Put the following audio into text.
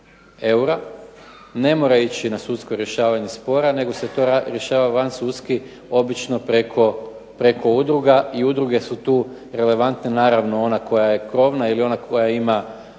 ne mora ići na sudsko rješavanje spora nego se to rješava vansudski obično preko udruga i udruge su tu relevantne, naravno ona koja je krovna ili ona koja ima to